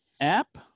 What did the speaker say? app